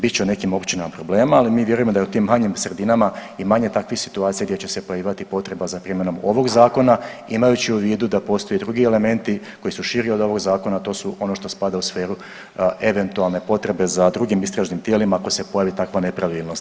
Bit će u nekim općinama problema, ali mi vjerujemo da u tim manjim sredinama i manje takvih situacija gdje će se pojavljivati potreba za primjenom ovog zakona imajući u vidu da postoje drugi elementi koji su širi od ovog zakona, a to su ono što spada u sferu eventualne potrebe za drugim istražnim tijelima ako se pojavi takva nepravilnost.